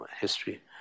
history